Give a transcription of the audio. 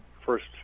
first